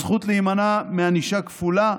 הזכות להימנע מענישה כפולה,